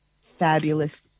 fabulous